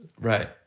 right